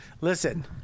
Listen